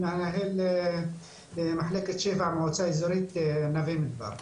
מנהל מחלקת שפ"ע במועצה אזורית נווה מדבר.